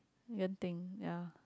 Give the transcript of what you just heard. Genting ya